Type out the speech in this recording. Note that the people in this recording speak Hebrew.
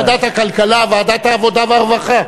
ועדת הכלכלה, ועדת העבודה והרווחה.